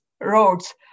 roads